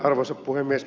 arvoisa puhemies